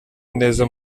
ineza